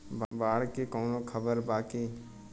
बाढ़ के कवनों खबर बा की?